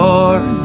Lord